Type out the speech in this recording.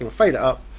um fade it up,